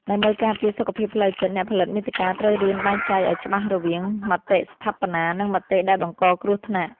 ដើម្បីការពារសុខភាពផ្លូវចិត្ត អ្នកផលិតមាតិកាត្រូវរៀនបែងចែកឱ្យច្បាស់រវាង មតិស្ថាបនា និង មតិដែលបង្កគ្រោះថ្នាក់។